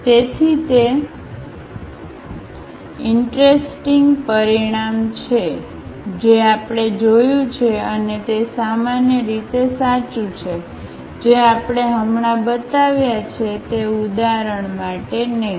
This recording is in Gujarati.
તેથી તે ઈંટરસ્ટિંગ પરિણામ છે જે આપણે જોયું છે અને તે સામાન્ય રીતે સાચું છે જે આપણે હમણાં બતાવ્યા છે તે ઉદાહરણ માટે નહીં